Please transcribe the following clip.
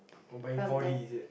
buying four D is it